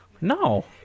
No